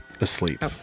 asleep